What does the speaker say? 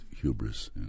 hubris